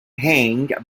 hanged